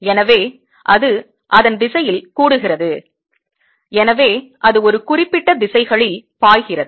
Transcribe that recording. எனவே அது அதன் திசையில் கூடுகிறது எனவே அது ஒரு குறிப்பிட்ட திசைகளில் பாய்கிறது